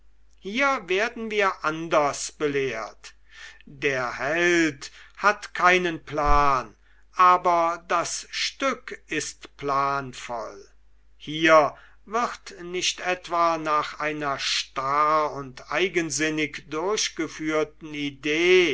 hier werden wir anders belehrt der held hat keinen plan aber das stück ist planvoll hier wird nicht etwa nach einer starr und eigensinnig durchgeführten idee